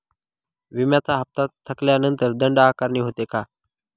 विम्याचा हफ्ता थकल्यानंतर दंड आकारणी होते का?